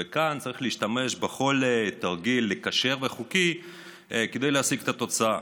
וכאן צריך להשתמש בכל תרגיל כשר וחוקי כדי להשיג את התוצאה.